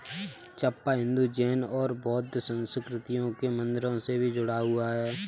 चंपा हिंदू, जैन और बौद्ध संस्कृतियों के मंदिरों से भी जुड़ा हुआ है